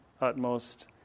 utmost